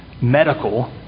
medical